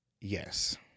yes